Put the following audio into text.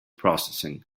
processing